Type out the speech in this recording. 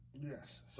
Yes